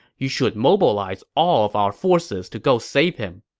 you should mobilize all of our forces to go save him.